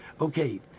Okay